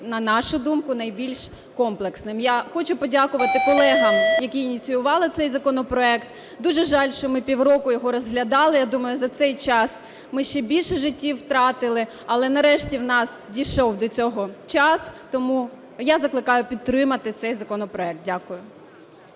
на нашу думку, найбільш комплексним. Я хочу подякувати колегам, які ініціювали цей законопроект. Дуже жаль, що ми півроку його розглядали. Я думаю, за цей час ми ще більше життів втратили, але нарешті в нас дійшов до цього час. Тому я закликаю підтримати цей законопроект. Дякую.